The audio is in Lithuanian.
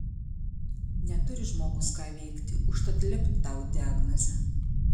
neturi žmogus ką veikti užtat lept tau diagnozę